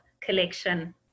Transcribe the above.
collection